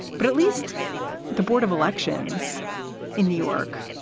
but at least the board of elections in new york,